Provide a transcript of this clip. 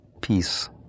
peace